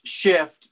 shift